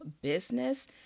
business